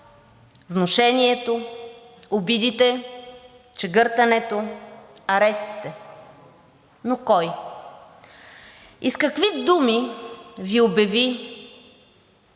внушението, обидите, чегъртането, арестите, но кой и с какви думи Ви обяви,